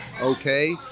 okay